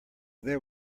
there